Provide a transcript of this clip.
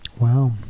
Wow